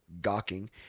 gawking